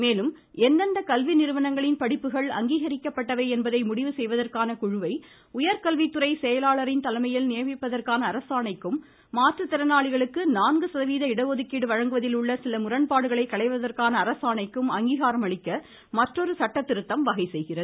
மேலும் எந்தெந்த கல்வி நிறுவனங்களின் படிப்புகள் அங்கீகரிக்கப்பட்டவை என்பதை முடிவு செய்வதற்கான குழுவை உயர்கல்வித்துறை செயலளாரின் தலைமையில் நியமிப்பதற்கான அரசாணைக்கும் மாற்றுத்திறனாளிகளுக்கு நான்கு சதவிகித இடஒதுக்கீடு வழங்குவதில் உள்ள சில முரண்பாடுகளை களைவதற்கான அரசாணைக்கும் அங்கீகாரம் அளிக்க மற்றொரு சட்ட திருத்தம் வகை செய்கிறது